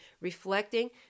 reflecting